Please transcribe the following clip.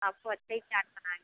आपको अच्छा ही चाट बना कर देंगे